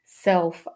self